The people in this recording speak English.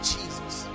Jesus